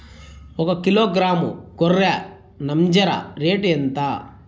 ఒకకిలో గ్రాము గొర్రె నంజర రేటు ఎంత?